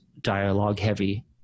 dialogue-heavy